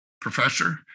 professor